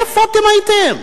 איפה אתם הייתם?